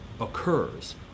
occurs